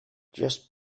just